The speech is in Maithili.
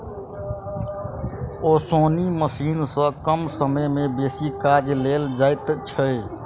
ओसौनी मशीन सॅ कम समय मे बेसी काज लेल जाइत छै